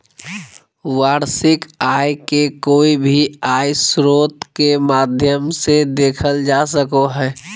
वार्षिक आय के कोय भी आय स्रोत के माध्यम से देखल जा सको हय